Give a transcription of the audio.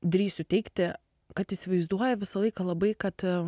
drįsiu teigti kad įsivaizduoja visą laiką labai kad